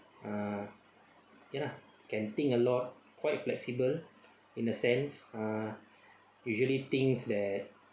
uh ya lah can think a lot quite flexible in a sense uh usually things that